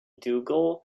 dougal